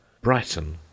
Brighton